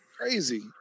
Crazy